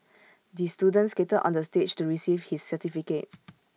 the student skated onto the stage to receive his certificate